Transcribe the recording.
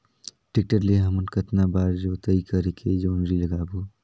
Tractor ले हमन कतना बार जोताई करेके जोंदरी लगाबो?